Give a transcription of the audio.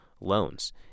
loans